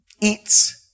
Eats